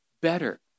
better